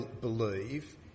believe